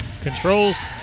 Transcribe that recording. controls